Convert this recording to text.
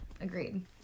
Agreed